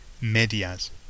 medias